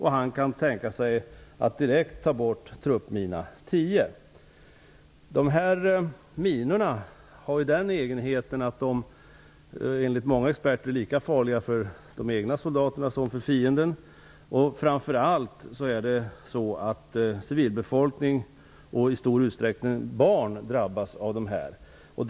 Han kan tänka sig att direkt ta bort truppmina 10. Dessa minor har enligt många experter den egenheten att de är lika farliga för de egna soldaterna som för fienden. Framför allt drabbas civilbefolkning och i stor utsträckning barn av dessa minor.